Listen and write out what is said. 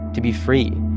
to be free.